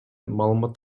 маалымат